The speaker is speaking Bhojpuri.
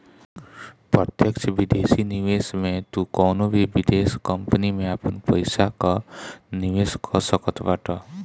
प्रत्यक्ष विदेशी निवेश में तू कवनो भी विदेश कंपनी में आपन पईसा कअ निवेश कअ सकत बाटअ